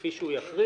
כפי שהוא יכריז,